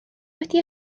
wedi